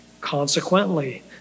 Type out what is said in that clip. Consequently